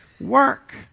work